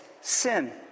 sin